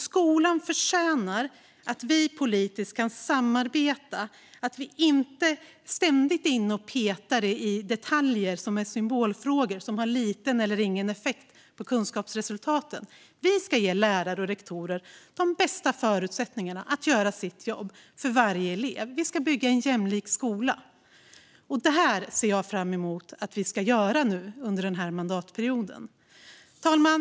Skolan förtjänar att vi kan samarbeta politiskt och att vi inte ständigt är inne och petar i detaljer och symbolfrågor som har liten eller ingen effekt på kunskapsresultaten. Vi ska ge lärare och rektorer bästa förutsättningar att göra sitt jobb för varje elev. Vi ska bygga en jämlik skola. Det ser jag fram emot att vi ska göra under denna mandatperiod. Fru talman!